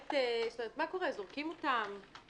זורקים אותם?